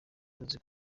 tuzi